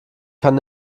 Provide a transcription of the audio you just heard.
kann